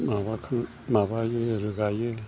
माबाखो माबायो रोगायो